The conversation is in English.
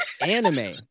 anime